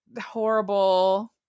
horrible